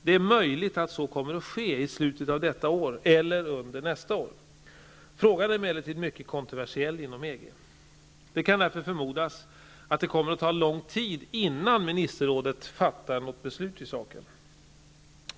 Det är möjligt att så kommer att ske i slutet av detta år eller under nästa år. Frågan är emellertid mycket kontroversiell inom EG. Det kan därför förmodas att det kommer att ta lång tid, innan ministerrådet fattar något beslut i saken.